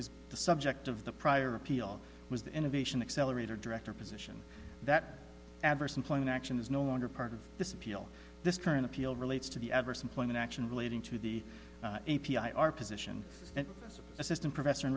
was the subject of the prior appeal was the innovation accelerator director position that adverse employment action is no longer part of this appeal this current appeal relates to the adverse employment action relating to the a p i our position is an assistant professor